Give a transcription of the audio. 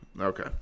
Okay